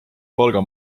palga